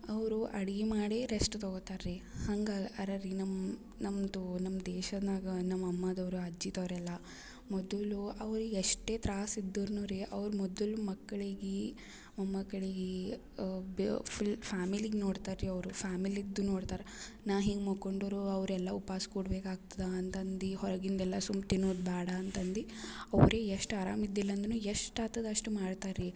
ಅವರು ಅಡ್ಗೆ ಮಾಡೇ ರೆಸ್ಟ್ ತಗೊತಾರೆ ರೀ ಹಂಗೆ ಅರ ರೀ ನಮ್ಮ ನಮ್ದು ನಮ್ಮ ದೇಶದಾಗ ನಮ್ಮ ಅಮ್ಮದವರು ಅಜ್ಜಿದವರೆಲ್ಲ ಮೊದಲು ಅವ್ರಿಗೆ ಎಷ್ಟೇ ತ್ರಾಸ ಇದ್ದರು ರೀ ಅವ್ರು ಮೊದಲು ಮಕ್ಕಳಿಗೆ ಮೊಮ್ಮಕ್ಕಳಿಗೆ ಬ್ ಫುಲ್ ಫ್ಯಾಮಿಲಿಗೆ ನೋಡ್ತಾರೆ ರೀ ಅವರು ಫ್ಯಾಮಿಲಿದು ನೋಡ್ತಾರೆ ನಾ ಹಿಂಗೆ ಮಲ್ಕೊಂಡರು ಅವರೆಲ್ಲ ಉಪವಾಸ್ ಕುಡ್ಬೇಕು ಆಗ್ತದೆ ಅಂತಂದು ಹೊರಗಿಂದೆಲ್ಲ ಸುಮ್ನೆ ತಿನ್ನೋದು ಬೇಡ ಅಂತಂದು ಅವ್ರಿಗೆ ಎಷ್ಟು ಆರಾಮ ಇದ್ದಿಲ್ಲ ಅಂದ್ರು ಎಷ್ಟು ಆಗ್ತದ್ ಅಷ್ಟು ಮಾಡ್ತಾರೆ ರೀ